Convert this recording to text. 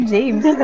James